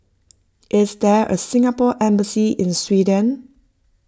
is there a Singapore Embassy in Sweden